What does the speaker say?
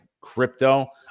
crypto